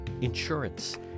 Insurance